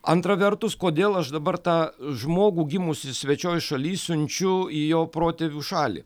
antra vertus kodėl aš dabar tą žmogų gimusį svečioj šaly siunčiu į jo protėvių šalį